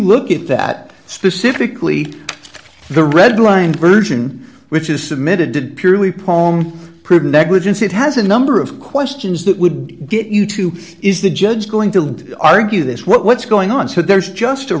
look at that specifically the red line version which is submitted to purely poem prove negligence it has a number of questions that would get you to is the judge going to argue this what's going on so there's just a